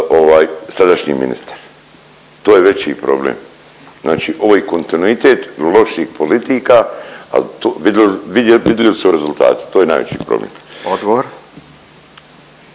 sadašnji ministar, to je veći problem. Znači ovo je kontinuitet loših politika, al tu, vidljivi su rezultati, to je najveći problem.